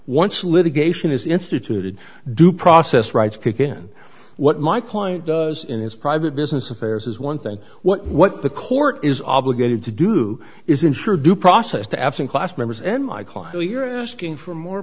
once litigation is instituted due process rights kick in what my client does in his private business affairs is one thing what what the court is obligated to do is ensure due process to absent class members and my client you're asking for more